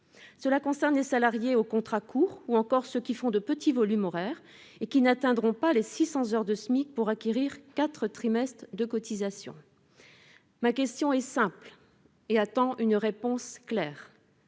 Cela concerne les salariés aux contrats courts ou encore ceux qui font de petits volumes horaires et qui n'atteindront pas les 600 heures de SMIC pour acquérir quatre trimestres de cotisation. Ma question est simple et j'attends une réponse claire